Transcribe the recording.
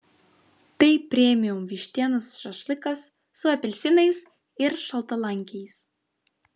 tai premium vištienos šašlykas su apelsinais ir šaltalankiais